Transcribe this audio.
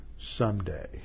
Someday